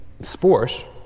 sport